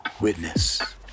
witness